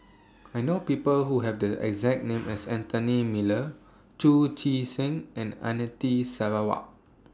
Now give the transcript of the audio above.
I know People Who Have The exact name as Anthony Miller Chu Chee Seng and Anita Sarawak